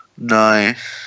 Nice